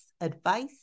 advice